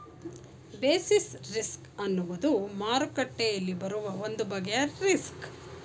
basis risk ಅನ್ನುವುದು ಮಾರುಕಟ್ಟೆಯಲ್ಲಿ ಬರುವ ಒಂದು ಬಗೆಯ ರಿಸ್ಕ್